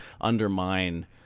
undermine